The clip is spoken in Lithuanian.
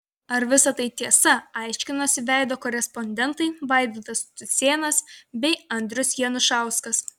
ar visa tai tiesa aiškinosi veido korespondentai vaidotas cucėnas bei andrius janušauskas